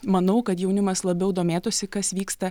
manau kad jaunimas labiau domėtųsi kas vyksta